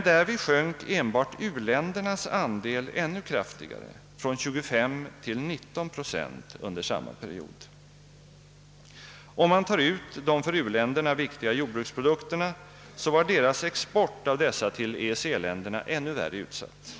Därvid sjönk enbart u-ländernas andel ännu kraftigare — från 25 till 19 procent under samma period. Om man tar ut de för u-länderna viktiga jordbruksprodukterna, finner man att deras export av dessa till EEC-länderna var ännu värre utsatt.